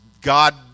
God